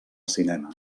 cinema